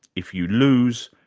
if you lose,